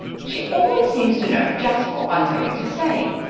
she always seems to know just what one's going to say.